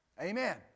Amen